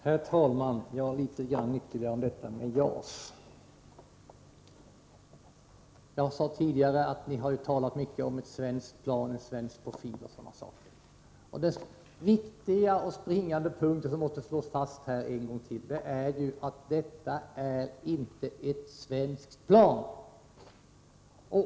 Herr talman! Jag vill ytterligare något beröra JAS. Som jag sade tidigare har ni talat mycket om ett svenskt plan, en svensk profil osv. Men den springande punkten och det viktiga som måste slås fast en gång till är ju att detta inte är ett svenskt plan.